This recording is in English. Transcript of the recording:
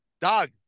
Dog